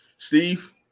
Steve